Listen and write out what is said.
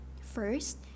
First